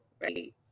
right